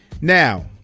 Now